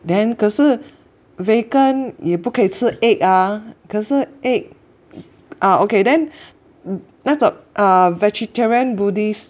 then 可是 vegan 也不可以吃 egg ah 可是 egg ah okay then 那种啊 vegetarian buddhist